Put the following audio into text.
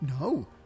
No